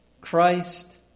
Christ